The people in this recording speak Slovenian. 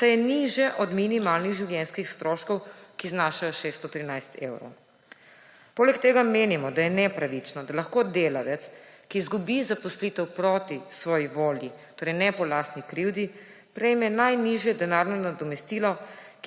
saj je nižja od minimalnih življenjskih stroškov, ki znašajo 613 evrov. Poleg tega menimo, da je nepravično, da lahko delavec, ki izgubi zaposlitev proti svoji volji, torej ne po lastni krivdi, prejme najnižje denarno nadomestilo,